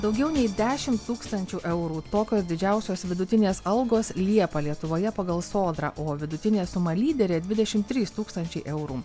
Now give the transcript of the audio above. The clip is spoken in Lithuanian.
daugiau nei dešimt tūkstančių eurų tokios didžiausios vidutinės algos liepą lietuvoje pagal sodrą o vidutinė suma lyderė dvidešimt trys tūkstančiai eurų